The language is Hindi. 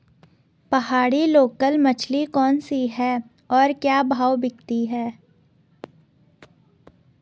पहाड़ी लोकल मछली कौन सी है और क्या भाव बिकती है?